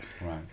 Right